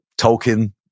Tolkien